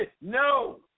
No